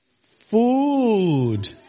Food